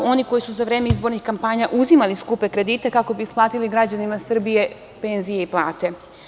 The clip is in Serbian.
Oni koji su za vreme izbornih kampanja uzimali skupe kredite kako bi isplatili građanima Srbije penzije i plate.